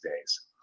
days